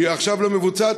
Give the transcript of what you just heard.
היא עכשיו לא מבוצעת,